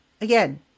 again